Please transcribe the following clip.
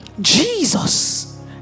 Jesus